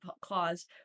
Clause